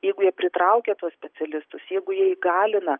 jeigu jie pritraukia tuos specialistus jeigu jie įgalina